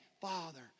Father